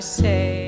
say